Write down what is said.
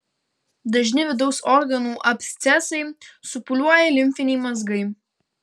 dažni vidaus organų abscesai supūliuoja limfiniai mazgai